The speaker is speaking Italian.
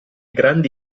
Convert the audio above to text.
grandi